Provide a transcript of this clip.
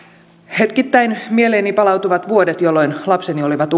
hetkittäin mieleeni palautuvat vuodet jolloin lapseni olivat